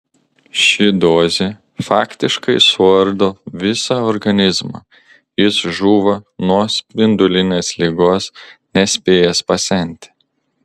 ši dozė faktiškai suardo visą organizmą jis žūva nuo spindulinės ligos nespėjęs pasenti